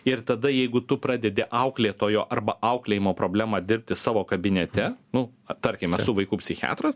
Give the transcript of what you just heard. ir tada jeigu tu pradedi auklėtojo arba auklėjimo problemą dirbti savo kabinete nu tarkim esu vaikų psichiatras